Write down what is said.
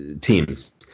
teams